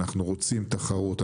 אנחנו רוצים תחרות,